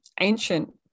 ancient